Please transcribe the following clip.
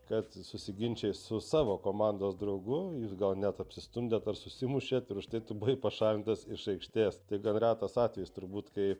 kad susiginčijai su savo komandos draugu jūs gal net apsistumdėt ar susimušėt ir už tai tu buvai pašalintas iš aikštės tai gan retas atvejis turbūt kai